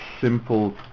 simple